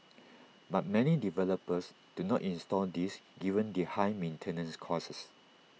but many developers do not install these given their high maintenance costs